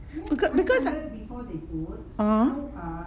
be~ because (uh huh)